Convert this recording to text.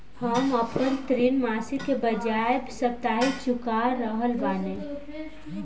हम आपन ऋण मासिक के बजाय साप्ताहिक चुका रहल बानी